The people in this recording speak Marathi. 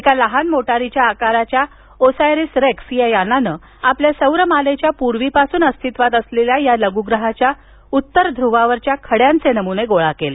एका छोट्या मोटारीच्या आकाराच्या ओसायरीस रेक्स या यानानं आपल्या सौर मालेच्याही पूर्वीपासून अस्तित्वात असलेल्या या लघुग्रहाच्या उत्तर ध्रुवावरील खड्यांचे नमुने गोळा केले